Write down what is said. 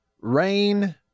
rain